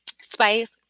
spice